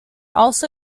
also